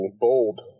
bold